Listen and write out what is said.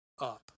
up